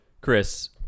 Chris